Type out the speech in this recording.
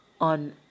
on